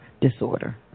Disorder